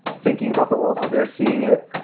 thinking about the world, how they're seeing it.